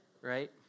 right